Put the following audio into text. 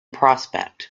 prospect